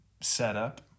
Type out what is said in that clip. setup